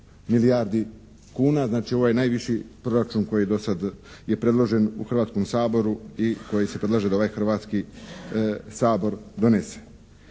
milijardi kuna, znači ovo je najviši proračun koji je do sad je predložen u Hrvatskom saboru i koji se predlaže da ovaj Hrvatski sabor donese.